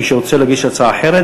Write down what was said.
מי שרוצה להגיש הצעה אחרת,